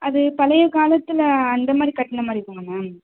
அது பழைய காலத்தில் அந்தமாதிரி கட்டின மாதிரி இருக்குமா மேம்